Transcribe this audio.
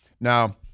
Now